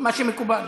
מה שמקובל.